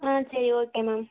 ஆ சரி okay ma'am